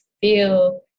feel